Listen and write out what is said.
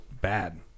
bad